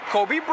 Kobe